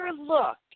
look